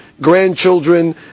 grandchildren